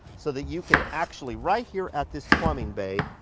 so that you can actually right here at this plumbing bay